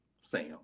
Sam